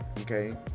okay